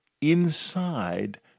inside